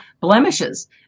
blemishes